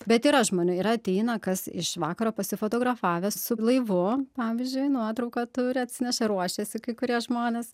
bet yra žmonių yra ateina kas iš vakaro pasifotografavęs su laivu pavyzdžiui nuotrauką turi atsineša ruošiasi kai kurie žmonės